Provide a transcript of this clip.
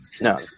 no